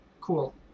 Cool